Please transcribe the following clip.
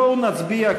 בואו נצביע,